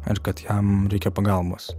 ir kad jam reikia pagalbos